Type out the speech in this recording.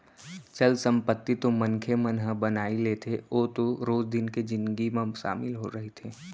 चल संपत्ति तो मनखे मन ह बनाई लेथे ओ तो रोज दिन के जिनगी म सामिल रहिथे